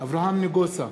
אברהם נגוסה,